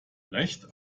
recht